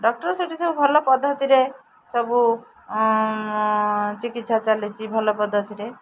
doctor ସେଠି ସବୁ ଭଲ ପଦ୍ଧତିରେ ସବୁ ଚିକିତ୍ସା ଚାଲିଛି ଭଲ ପଦ୍ଧତିରେ